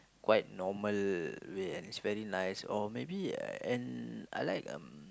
quite normal way and it's very nice or maybe and I like um